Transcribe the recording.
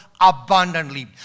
abundantly